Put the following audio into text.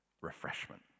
refreshment